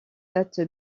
date